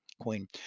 Queen